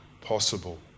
possible